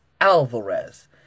Alvarez